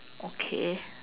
okay